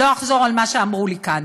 לא אחזור על מה שאמרו לי כאן.